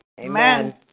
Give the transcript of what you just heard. Amen